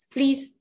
Please